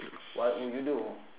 what would you do